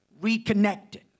Reconnected